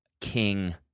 king